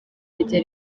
rye